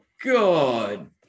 God